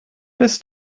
bis